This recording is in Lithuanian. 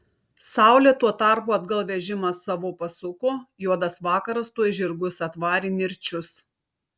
saulė tuo tarpu atgal vežimą savo pasuko juodas vakaras tuoj žirgus atvarė nirčius